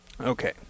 Okay